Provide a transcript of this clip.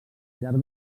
llarg